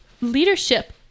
leadership